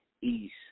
east